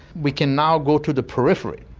we can now go to the periphery.